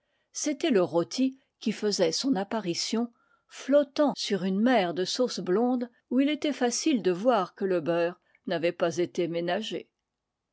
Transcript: c'était le rôti qui faisait son apparition flottant sur une mer de sauce blonde où il était facile de voir que le beurre n'avait pas été ménagé